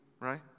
right